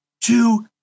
two